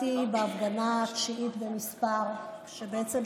ניצחתם בבחירות אם מסתבר שכולם